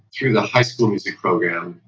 through the high school music program,